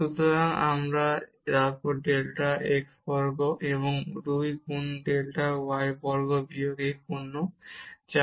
সুতরাং আমরা delta x বর্গ এবং 2 গুণ ডেল্টা y বর্গ বিয়োগ এই পণ্য পাবো